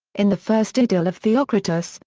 in the first idyll of theocritus,